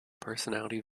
personality